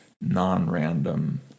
non-random